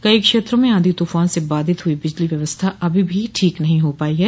कई क्षेत्रों में आंधी तूफान से बाधित हुई बिजली व्यवस्था अभी भी ठीक नहीं हो पाई है